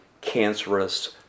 cancerous